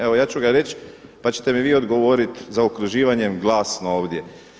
Evo ja ću ga reći, pa ćete mi vi odgovorit zaokruživanjem glasno ovdje.